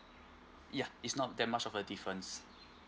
yeah it's not that much of uh difference